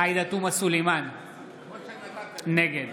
נגד